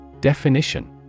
Definition